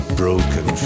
broken